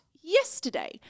yesterday